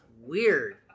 Weird